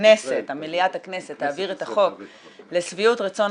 מליאת הכנסת תעביר את החוק לשביעות רצון